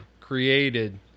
created